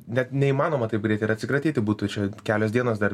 net neįmanoma taip greitai ir atsikratyti būtų čia kelios dienos dar